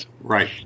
Right